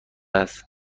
است